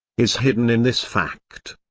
is hidden in this fact.